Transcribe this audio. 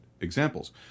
examples